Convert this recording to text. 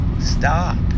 stop